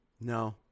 no